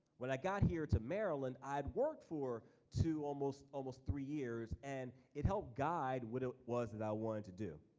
when i got here to maryland, i'd worked for two, almost almost three years and it helped guide what it was that i wanted to do.